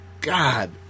God